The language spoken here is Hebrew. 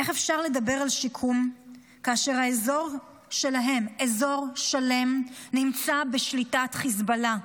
איך אפשר לדבר על שיקום כאשר אזור שלם נמצא בשליטת חיזבאללה?